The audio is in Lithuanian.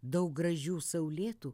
daug gražių saulėtų